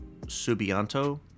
Subianto